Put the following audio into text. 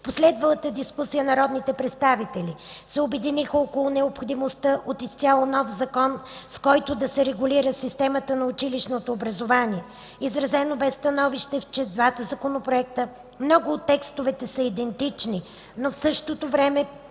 В последвалата дискусия народните представители се обединиха около необходимостта от изцяло нов закон, с който да се регулира системата на училищното образование. Изразено бе становище, че в двата законопроекта много от текстовете са идентични, но в същото време